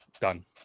done